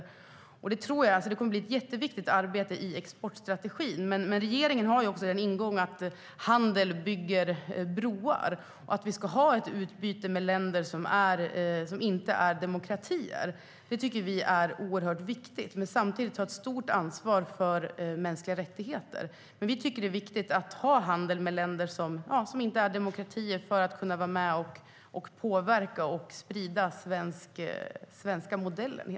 Det kommer att bli ett viktigt arbete i exportstrategin.